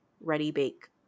ready-bake